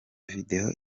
video